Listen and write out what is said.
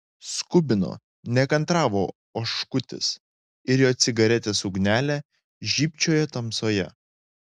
skubino nekantravo oškutis ir jo cigaretės ugnelė žybčiojo tamsoje